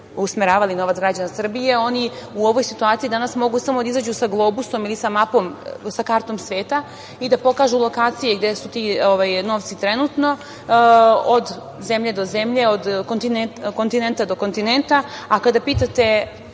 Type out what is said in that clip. usmeravali novac građana Srbije, oni u ovoj situaciji mogu danas da izađu sa globusom ili sa mapom, sa kartom sveta i da pokažu lokacije gde su ti novci trenutno, od zemlje do zemlje, od kontinenta do kontinenta. Kada pitate